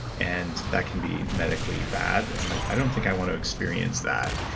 and that can be medically bad. i'm like, i don't think i want to experience that.